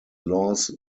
laws